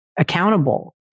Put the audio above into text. accountable